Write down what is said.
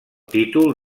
títol